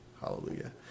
hallelujah